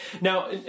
now